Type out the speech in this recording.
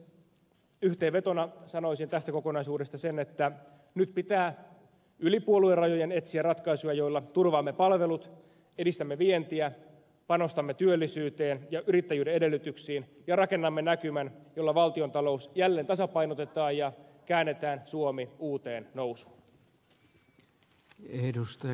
yhteenvetona sanoisin tästä kokonaisuudesta sen että nyt pitää yli puoluerajojen etsiä ratkaisuja joilla turvaamme palvelut edistämme vientiä panostamme työllisyyteen ja yrittäjyyden edellytyksiin ja rakennamme näkymän jolla valtiontalous jälleen tasapainotetaan ja käännetään suomi uuteen nousuun